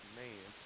man